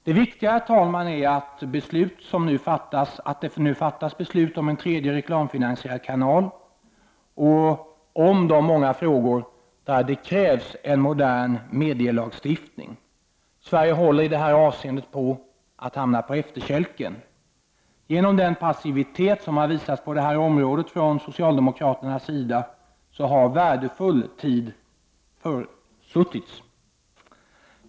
Det viktiga, herr talman, är att beslut nu fattas om en tredje, reklamfinansierad kanal och om de många frågor där det krävs en modern medielagstift ning. Sverige håller i detta avseende på att hamna på efterkälken. Genom den passivitet som har visats på detta område från socialdemokraternas sida har värdefull tid försuttits.